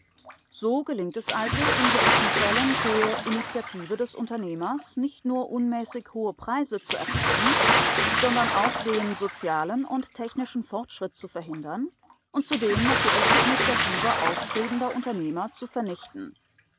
so gelingt es also in gewissen fällen der initiative des unternehmers nicht nur unmäßig hohe preise zu erpressen sondern auch den sozialen und technischen fortschritt zu verhindern und zudem noch die echte initiative aufstrebender unternehmer zu vernichten